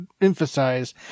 emphasize